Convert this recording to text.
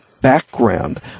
background